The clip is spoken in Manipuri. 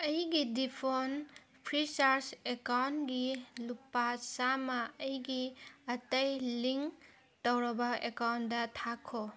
ꯑꯩꯒꯤ ꯗꯤꯐꯣꯜ ꯐ꯭ꯔꯤꯆꯥꯔꯁ ꯑꯦꯛꯀꯥꯎꯟꯒꯤ ꯂꯨꯄꯥ ꯆꯥꯝꯃ ꯑꯩꯒꯤ ꯑꯇꯩ ꯂꯤꯡ ꯇꯧꯔꯕ ꯑꯦꯛꯀꯥꯎꯟꯇ ꯊꯥꯈꯣ